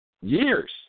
years